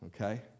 Okay